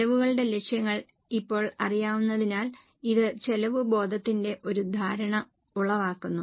ചെലവുകളുടെ ലക്ഷ്യങ്ങൾ ഇപ്പോൾ അറിയാവുന്നതിനാൽ ഇത് ചെലവ് ബോധത്തിന്റെ ഒരു ധാരണ ഉളവാക്കുന്നു